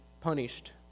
punished